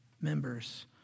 members